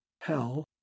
Hell